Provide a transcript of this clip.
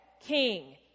king